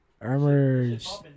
Armors